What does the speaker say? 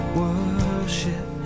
worship